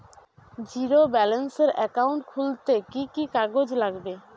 Zero ব্যালেন্সের account খুলতে কি কি কাগজ লাগবে?